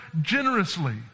generously